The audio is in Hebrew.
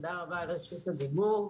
תודה רבה על רשות הדיבור,